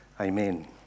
amen